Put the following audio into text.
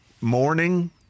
Morning